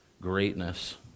greatness